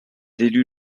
d’élu